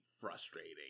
frustrating